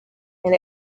and